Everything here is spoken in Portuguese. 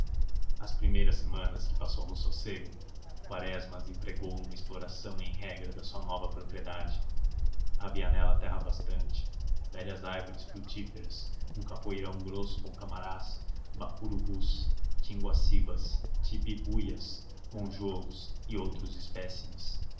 as primeiras semanas que passou no sossego quaresma as empregou numa exploração em regra da sua nova propriedade havia nela terra bastante velhas árvores frutíferas um capoeirão grosso com camarás bacurubus tinguacibas tabebuias munjolos e outros espécimes